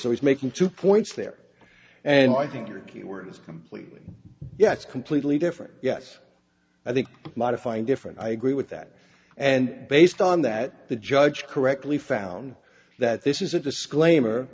so he's making two points there and i think your keyword is completely yes completely different yes i think modifying different i agree with that and based on that the judge correctly found that this is a disclaimer